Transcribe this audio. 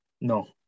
no